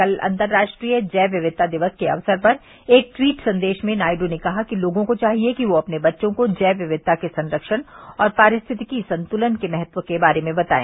कल अंतर्राष्ट्रीय जैव विविता दिवस के अवसर पर एक ट्वीट संदेश में नायड् ने कहा कि लोगों को चाहिए कि वे अपने बच्चों को जैव विविधता के संरक्षण और पारिस्थितिकी संतुलन के महत्व को बताए